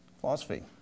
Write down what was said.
philosophy